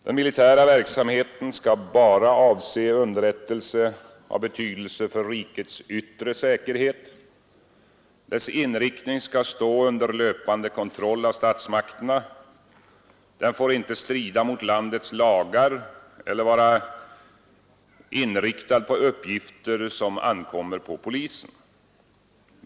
Den militära verksamheten skall bara avse underrättelser av betydelse för rikets yttre säkerhet. Dess inriktning skall stå under löpande kontroll av statsmakterna. Den får inte strida mot landets lagar eller vara inriktad på uppgifter som ankommer på polisen.